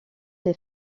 les